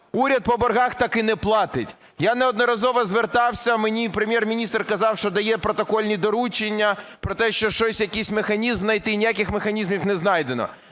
Уряд по боргах так і не платить. Я неодноразово звертався, мені Прем'єр-міністр казав, що дає протокольні доручення про те, що щось, якийсь механізм знайти, ніяких механізмів не знайдено.